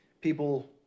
people